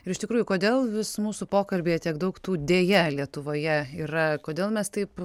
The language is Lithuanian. ir iš tikrųjų kodėl vis mūsų pokalbyje tiek daug tų deja lietuvoje yra kodėl mes taip